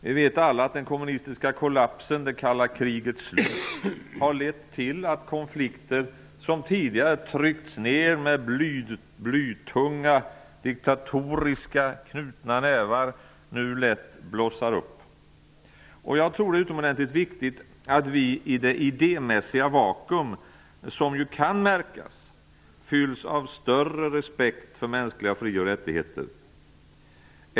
Vi vet alla att den kommunistiska kollapsen och det kalla krigets slut har lett till att konflikter som tidigare tryckts ned med blytunga diktatoriska knutna nävar nu lätt blossar upp. Jag tror att det är utomordentligt viktigt att vi i det idémässiga vakuum som kan märkas fylls av större respekt för mänskliga fri och rättigheter.